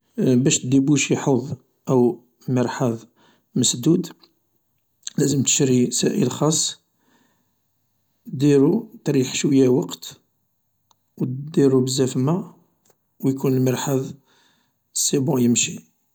باش ديبوشي حوض او مرحاض مسدود لازم تشري سائل خاص ديرو تريح شوية وقت ديرو بزاف ما و يكون المرحاض سي بون يمشي.